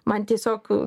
man tiesiog